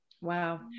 Wow